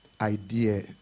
idea